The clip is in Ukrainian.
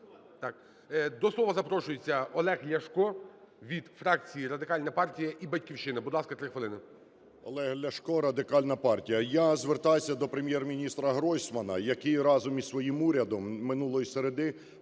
до слова запрошується Олег Ляшко від фракції Радикальна партія і "Батьківщина". Будь ласка, 3 хвилини. 10:08:21 ЛЯШКО О.В. Олег Ляшко, Радикальна партія. Я звертаюся до Прем'єр-міністраГройсмана, який разом із своїм урядом минулої середи